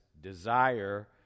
desire